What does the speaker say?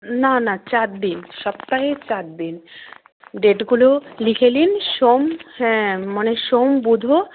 না না চার দিন সপ্তাহে চার দিন ডেটগুলো লিখে নিন সোম হ্যাঁ মানে সোম বুধ ও